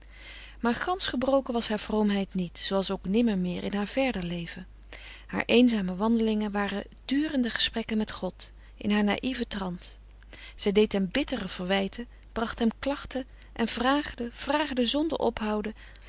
maar gansch gebroken was haar vroomheid niet zooals ook nimmer meer in haar verder leven haar eenzame wandelingen waren durende gesprekken met god in haar naïeven trant zij deed hem bittere verwijten bracht hem klachten en vraagde vraagde zonder ophouden